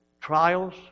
trials